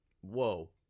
whoa